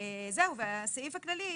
הסעיף הכללי,